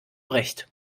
recht